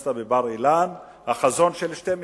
באוניברסיטת בר-אילן על החזון של שתי מדינות,